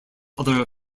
other